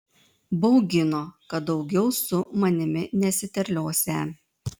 baugino kad daugiau su manimi nesiterliosią